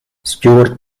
stewart